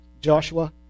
Joshua